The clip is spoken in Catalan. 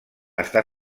està